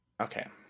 okay